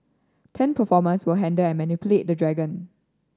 ten performers will handle and manipulate the dragon